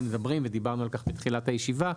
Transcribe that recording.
ודיברנו על כך בתחילת הישיבה,